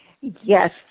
Yes